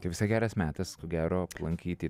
tai visai geras metas ko gero aplankyti